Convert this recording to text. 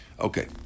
Okay